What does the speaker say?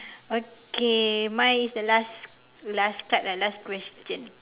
okay mine is the last last card ah last question